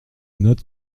note